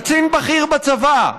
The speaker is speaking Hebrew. קצין בכיר בצבא,